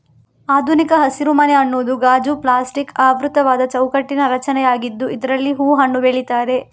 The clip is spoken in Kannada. ಆಧುನಿಕ ಹಸಿರುಮನೆ ಅನ್ನುದು ಗಾಜು, ಪ್ಲಾಸ್ಟಿಕ್ ಆವೃತವಾದ ಚೌಕಟ್ಟಿನ ರಚನೆಯಾಗಿದ್ದು ಇದ್ರಲ್ಲಿ ಹೂವು, ಹಣ್ಣು ಬೆಳೀತಾರೆ